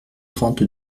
trente